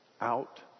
out